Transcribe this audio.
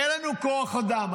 אין לנו כוח אדם.